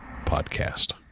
Podcast